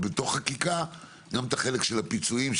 בתוך החקיקה גם את החלק של הפיצויים,